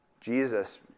Jesus